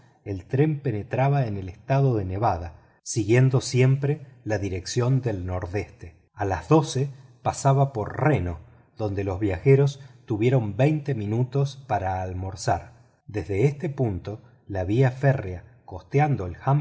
el tren penetraba en el estado de nevada siguiendo siempre las dirección del nordeste a las doce pasaba por reno donde los viajeros tuvieron veinte minutos para almorzar desde este punto la vía férrea costeando el